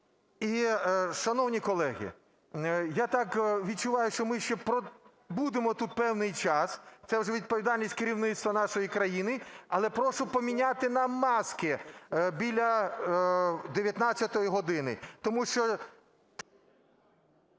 І, шановні колеги, я так відчуваю, що ми ще пробудемо тут ще певний час – це вже відповідальність керівництва нашої країни, але прошу поміняти нам маски біля 19-ї години, тому що…